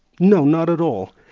no, not at all.